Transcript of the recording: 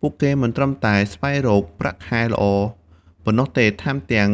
ពួកគេមិនត្រឹមតែស្វែងរកប្រាក់ខែល្អប៉ុណ្ណោះទេ ថែមទាំង